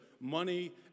money